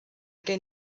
gen